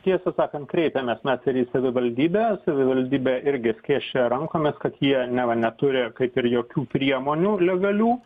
tiesą sakant kreipėmės mes ir į savivaldybę savivaldybė irgi skėsčioja rankomis kad jie neva neturi kaip ir jokių priemonių legalių